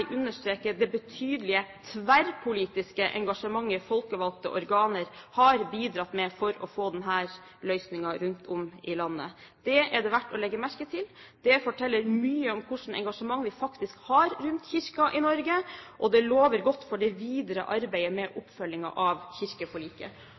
understreke det betydelige tverrpolitiske engasjementet folkevalgte organer har bidratt med for å få denne løsningen rundt om i landet. Det er det verdt å legge merke til. Det forteller mye om hvilket engasjement vi har for Kirken i Norge, og det lover godt for det videre arbeidet med